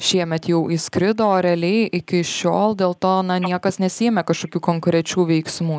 šiemet jau įskrido o realiai iki šiol dėl to niekas nesiėmė kažkokių konkrečių veiksmų